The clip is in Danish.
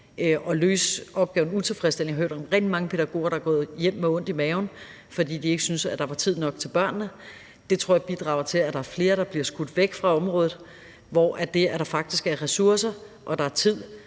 og løse opgaven utilfredsstillende. Jeg har hørt om rigtig mange pædagoger, der er gået hjem med ondt i maven, fordi de ikke syntes, der var tid nok til børnene. Det tror jeg bidrager til, at der er flere, der bliver skudt væk fra området, hvorimod jeg tror, at det, at der faktisk er ressourcer, at der er tid,